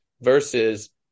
versus